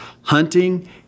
hunting